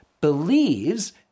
believes